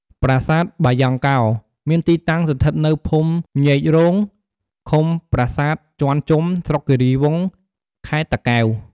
ប្រាសាទបាយ៉ង់កោរមានទីតាំងស្ថិតនៅភូមិញេធិ៍រោង ឃុំព្រះបាទជាន់ជុំ ស្រុកគិរីវង់ ខេត្តតាកែវ។